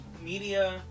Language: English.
media